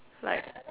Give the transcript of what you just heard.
like